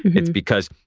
it's because,